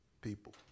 people